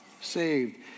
Saved